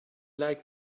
like